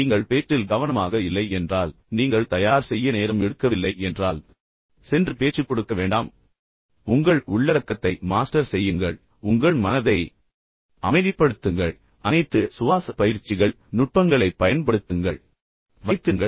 நீங்கள் பேச்சில் கவனமாக இல்லை என்றால் நீங்கள் தயார் செய்ய நேரம் எடுக்கவில்லை என்றால் சென்று பேச்சு கொடுக்க வேண்டாம் உங்கள் பொருளை மாஸ்டர் செய்யுங்கள் மாஸ்டரிங் இல்லாமல் பேச்சுக்கு செல்ல வேண்டாம் உங்கள் மனதை அமைதிப்படுத்துங்கள் அனைத்து சுவாச பயிற்சிகள் நுட்பங்களைப் பயன்படுத்துங்கள் ஆனால் உங்கள் மனதை அமைதியாகவும் நிதானமாகவும் வைத்திருங்கள்